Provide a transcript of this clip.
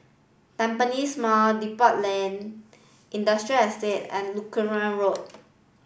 Tampines Mall Depot Lane Industrial Estate and Lutheran Road